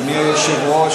אדוני היושב-ראש,